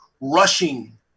rushing